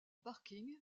parking